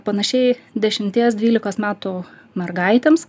panašiai dešimties dvylikos metų mergaitėms